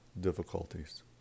difficulties